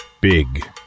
Big